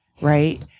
right